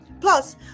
Plus